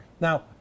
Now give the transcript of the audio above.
Now